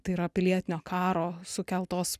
tai yra pilietinio karo sukeltos